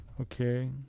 Okay